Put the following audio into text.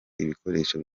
ibikoresho